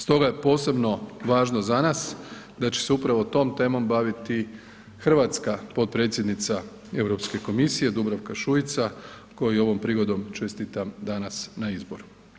Stoga je posebno važno za nas da će se upravo tom temom baviti hrvatska potpredsjednica Europske komisije Dubravka Šuica kojoj i ovom prigodom čestitam danas na izboru.